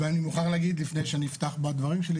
אני מוכרח להגיד לפני שאני אפתח בדברים שלי,